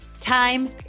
Time